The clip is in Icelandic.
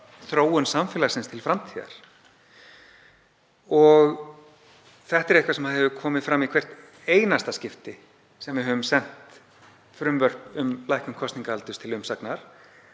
þróun samfélagsins til framtíðar. Það er eitthvað sem hefur komið fram í hvert einasta skipti sem við höfum sent frumvörp um lækkun kosningaaldurs til umsagnar.